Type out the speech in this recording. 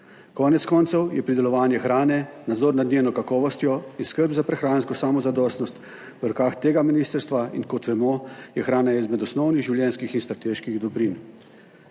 konec koncev je pridelovanje hrane, nadzor nad njeno kakovostjo in skrb za prehransko samozadostnost v rokah tega ministrstva. In kot vemo je hrana ena izmed osnovnih življenjskih in strateških dobrin.